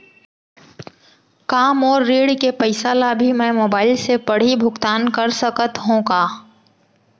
का मोर ऋण के पइसा ल भी मैं मोबाइल से पड़ही भुगतान कर सकत हो का?